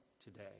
today